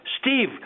Steve